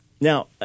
Now